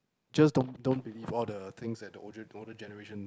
just don't don't believe all the things that the older older generation